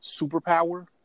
superpower